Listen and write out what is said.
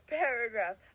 paragraph